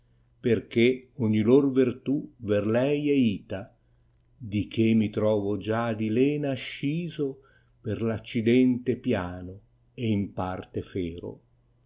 perchè ogni lor verttì ver lei è ita di che mi trovo già di lena asciso per v accidente piano e in parte fiero